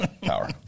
Power